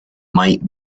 might